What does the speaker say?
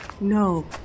No